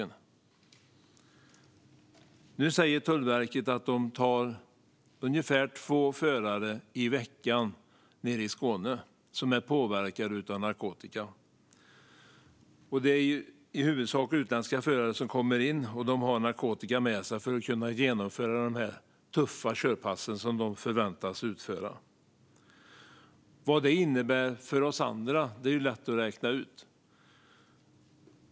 Nu säger Tullverket att de tar ungefär två förare i veckan nere i Skåne som är påverkade av narkotika. Det är i huvudsak utländska förare som kommer in i landet som har narkotika med sig för att kunna genomföra de tuffa körpass som de förväntas utföra. Vad det innebär för oss andra är lätt att räkna ut.